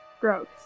Gross